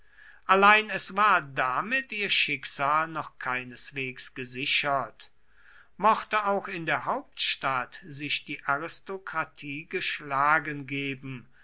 allein es war damit ihr schicksal noch keineswegs gesichert mochte auch in der hauptstadt sich die aristokratie geschlagen geben